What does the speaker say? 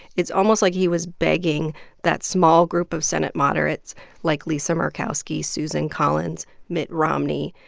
it's almost like he was begging that small group of senate moderates like lisa murkowski, susan collins, mitt romney,